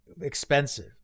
expensive